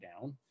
down